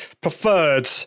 preferred